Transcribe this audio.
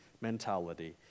mentality